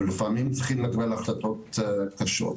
אבל לפעמים צריכים לקבל החלטות קשות.